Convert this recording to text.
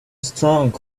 strong